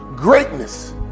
Greatness